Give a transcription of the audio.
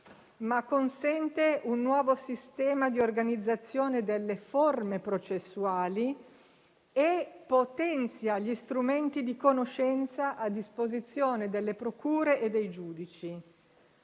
ma consente un nuovo sistema di organizzazione delle forme processuali e potenzia gli strumenti di conoscenza a disposizione delle procure e dei giudici.